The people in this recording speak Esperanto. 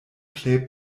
plej